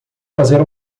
fazer